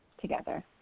together